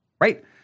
right